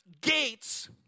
gates